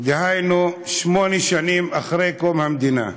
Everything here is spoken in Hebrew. דהיינו שמונה שנים אחרי קום המדינה.